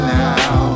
now